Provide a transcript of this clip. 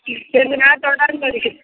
ம் ரெண்டு நாளாக தொடர்ந்து அடிக்குது